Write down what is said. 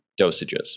dosages